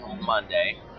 Monday